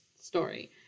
story